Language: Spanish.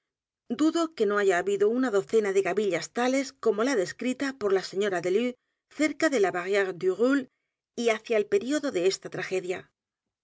dudo que no ha ya habido una docena de gavillas tales como la descrita por la señora delue cerca de la barrire du roule y hacia el período de esta tragedia